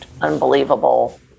unbelievable